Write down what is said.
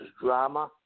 drama